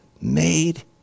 made